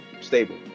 stable